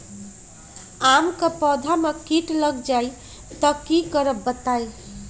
आम क पौधा म कीट लग जई त की करब बताई?